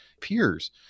peers